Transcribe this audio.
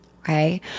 Okay